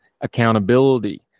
accountability